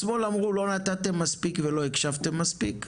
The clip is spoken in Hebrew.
השמאל אמרו: "לא נתתם מספיק ולא הקשבתם מספיק",